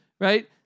right